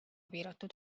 piiratud